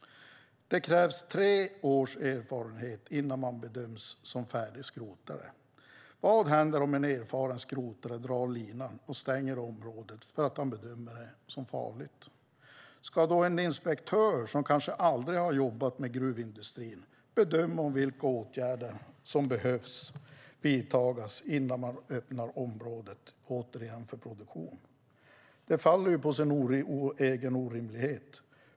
Det krävs tre års erfarenhet innan man bedöms som färdig skrotare. Vad händer om en erfaren skrotare drar linan och stänger området för att han bedömer det som farligt? Ska då en inspektör som kanske aldrig har jobbat med gruvindustrin bedöma vilka åtgärder som behöver vidtas innan man öppnar området för produktion igen? Detta faller på sin egen orimlighet.